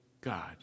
God